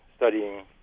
studying